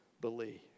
believe